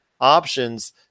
options